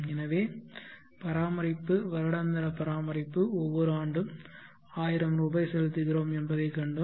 எனவே பராமரிப்பு வருடாந்திர பராமரிப்பு ஒவ்வொரு ஆண்டும் 1000 ரூபாய் செலுத்துகிறோம் என்பதைக் கண்டோம்